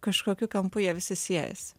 kažkokiu kampu jie visi siejasi